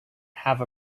have